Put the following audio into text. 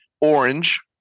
Orange